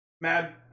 mad